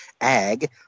ag